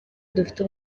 dufite